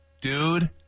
dude